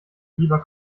lieber